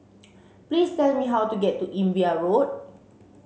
please tell me how to get to Imbiah Road